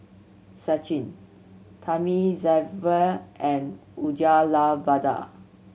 Sachin Thamizhavel and Uyyalawada